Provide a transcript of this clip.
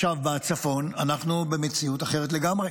עכשיו, בצפון אנחנו במציאות אחרת לגמרי.